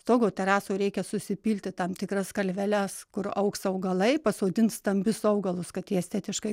stogo terasoj reikia susipilti tam tikras kalveles kur augs augalai pasodint stambius augalus kad jie estetiškai